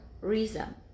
reason